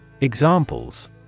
Examples